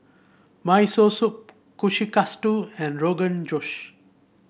Miso Soup Kushikatsu and Rogan Josh